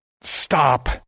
stop